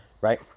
right